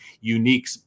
unique